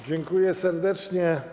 Dziękuję serdecznie.